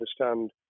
understand